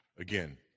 Again